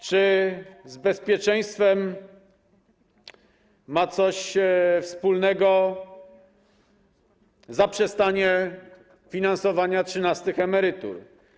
Czy z bezpieczeństwem ma coś wspólnego zaprzestanie finansowania trzynastych emerytur?